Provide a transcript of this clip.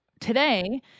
Today